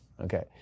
Okay